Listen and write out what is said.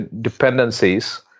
dependencies